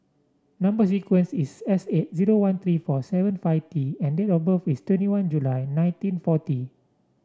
number sequence is S eight zero one three four seven five T and date of birth is twenty one July nineteen forty